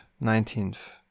nineteenth